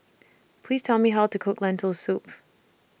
Please Tell Me How to Cook Lentil Soup